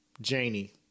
Janie